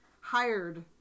hired